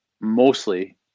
mostly